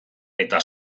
eta